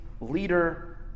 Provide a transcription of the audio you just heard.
leader